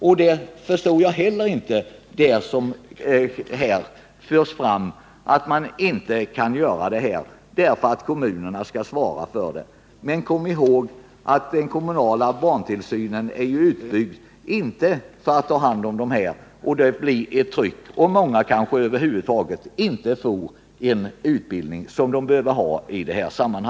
Jag förstår heller inte de argument som förts fram här att inga åtgärder kan vidtas därför att kommunerna skall svara för detta område. Den kommunala barntillsynen omfattar inte de här fallen. Barntillsynsproblemen utgör ett tryck och många föräldrar kanske över huvud taget inte får den utbildning de behöver.